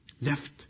left